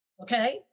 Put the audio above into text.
Okay